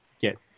get